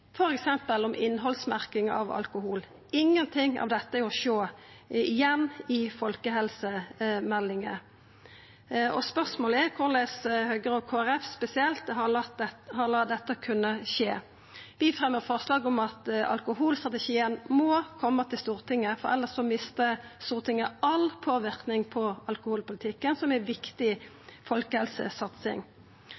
alkoholpolitikk, f.eks. innhaldsmerking av alkohol. Ingenting av dette er å sjå igjen i folkehelsemeldinga. Spørsmålet er korleis Høgre og Kristeleg Folkeparti spesielt har latt dette kunna skje. Vi fremjar forslag om at alkoholstrategien må koma til Stortinget, for elles mistar Stortinget all påverknad på alkoholpolitikken som ei viktig